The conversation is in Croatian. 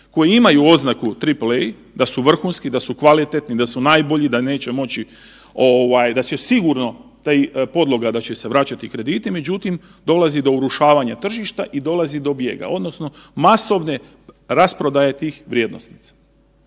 koji imaju oznaku Triple-A da su vrhunski, da su kvalitetni, da su najbolji, da neće moći, da će sigurno, da i podloga da će se vraćati krediti, međutim, dolazi do urušavanja tržišta i dolazi do bijega odnosno masovne rasprodaje tih vrijednosnica.